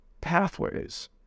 pathways